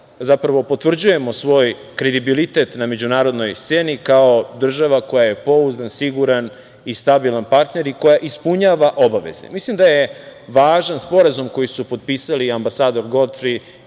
jer potvrđujemo svoj kredibilitet na međunarodnoj sceni, kao država koja je pouzdan, siguran i stabilan partner i koja ispunjava obaveze. Mislim da je važan Sporazum koji su potpisali ambasador Godfri